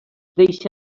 deixa